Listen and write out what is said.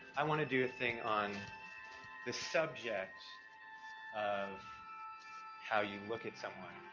i wanna do a thing on the subject of how you look at someone,